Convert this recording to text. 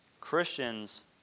Christians